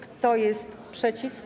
Kto jest przeciw?